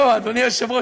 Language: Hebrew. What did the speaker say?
אדוני היושב-ראש,